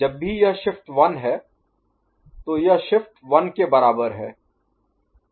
जब भी यह शिफ्ट 1 है तो यह शिफ्ट 1 के बराबर है